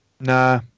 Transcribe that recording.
Nah